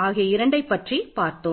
ஆகிய இரண்டைப் பற்றி பார்த்தோம்